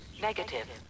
Negative